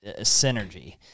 synergy